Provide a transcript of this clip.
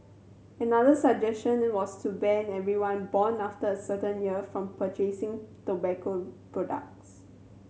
another suggestion was to ban everyone born after a certain year from purchasing tobacco products